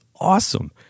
awesome